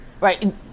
right